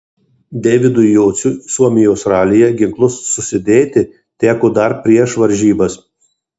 deividui jociui suomijos ralyje ginklus susidėti teko dar prieš varžybas